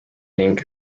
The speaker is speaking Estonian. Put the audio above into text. ning